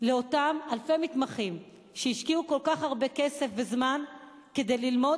לאותם אלפי מתמחים שהשקיעו כל כך הרבה כסף וזמן כדי ללמוד